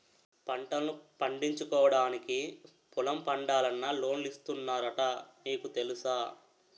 పంటల్ను పండించుకోవడానికి పొలం పండాలన్నా లోన్లు ఇస్తున్నారట నీకు తెలుసా?